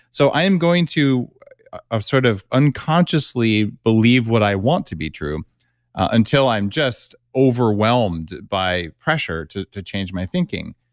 so i am going to sort of unconsciously believe what i want to be true until i'm just overwhelmed by pressure to to change my thinking.